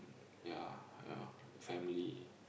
ya your family